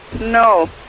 No